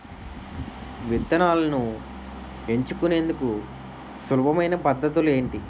విత్తనాలను ఎంచుకునేందుకు సులభమైన పద్ధతులు ఏంటి?